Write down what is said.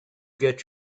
get